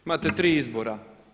Imate tri izbora.